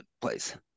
place